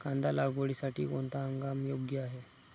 कांदा लागवडीसाठी कोणता हंगाम योग्य आहे?